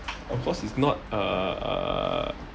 of course it's not uh